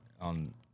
on